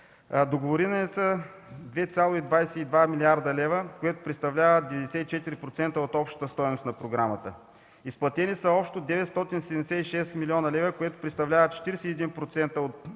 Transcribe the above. Договорирани са 2,22 млрд. лв., което представлява 94% от общата стойност на програмата. Изплатени са общо 976 млн. лв., което представлява 41% от